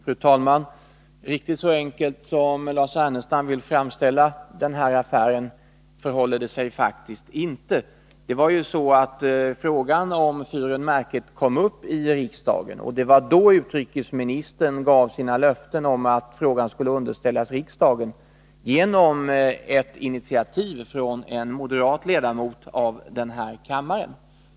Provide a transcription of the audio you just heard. Fru talman! Riktigt så enkelt som Lars Ernestam vill framställa det förhåller det sig faktiskt inte i den här affären. Frågan om fyren Märket kom uppi riksdagen. Det var då utrikesministern gav sitt löfte om att frågan skulle underställas riksdagen genom ett initiativ från en moderat ledamot av den här kammaren.